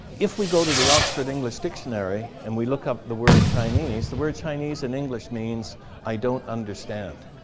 if we go to the oxford english dictionary, and we look up the word chinese, the word chinese in english means i don't understand.